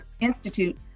Institute